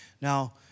Now